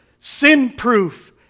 Sin-proof